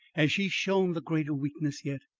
has she shown the greater weakness yet?